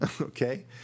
okay